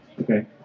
Okay